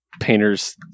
painter's